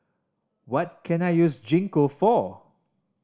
what can I use Gingko for